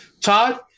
Todd